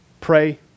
Pray